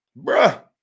bruh